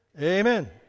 amen